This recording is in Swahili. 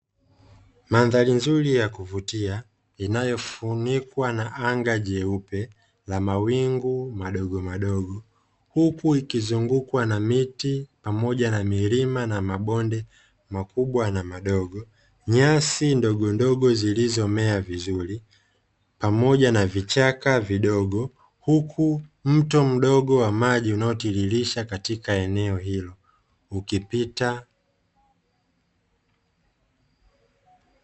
Mandhari nzuri ya kuvutia inayofunikwa na anga jeupe na mawingu madogomadogo. Huku ikizungukwa na miti, pamoja na milima na mabonde makubwa na madogo, nyasi ndogondogo zilizomea vizuri, pamoja na vichaka vidogo, huku mto mdogo wa maji unaotiririsha katika eneo hilo ukipita.